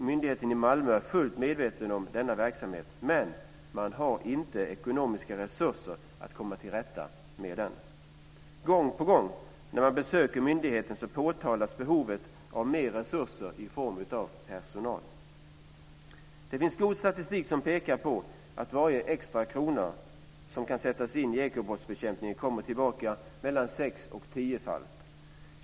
Myndigheten i Malmö är fullt medveten om denna verksamhet, men man har inte ekonomiska resurser att komma till rätta med den. När man besöker myndigheten påtalas gång på gång behovet av mer resurser i form av personal. Det finns god statistik som pekar på att varje extra krona som kan sättas in i ekobrottsbekämpningen kommer tillbaka mellan sex och tiofalt.